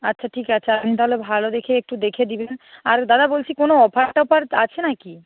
আচ্ছা ঠিক আছে আপনি তাহলে ভালো দেখে একটু দেখে দেবেন আর দাদা বলছি কোনো অফার টফার আছে না কি